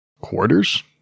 quarters